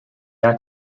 had